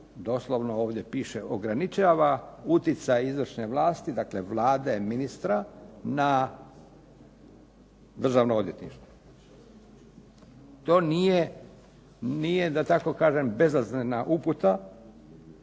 doslovno ovdje piše ograničava uticaj izvršne vlasti, dakle Vlade, ministra na Državno odvjetništvo. To nije da tako kažem bezazlena uputa